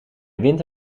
winter